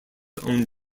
own